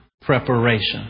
Preparation